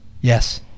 Yes